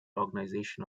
organization